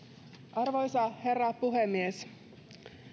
arvoisa herra puhemies